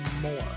more